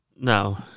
No